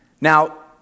Now